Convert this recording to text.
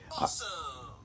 Awesome